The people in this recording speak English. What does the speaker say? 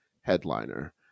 headliner